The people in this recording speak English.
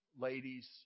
ladies